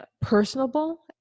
personable